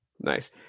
nice